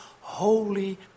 holy